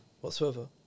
whatsoever